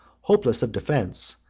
hopeless of defence,